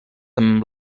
amb